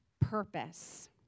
purpose